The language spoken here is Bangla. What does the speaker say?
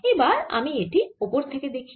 এবার আমি এটি ওপর থেকে দেখি